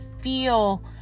feel